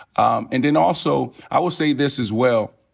um and then also, i would say this as well.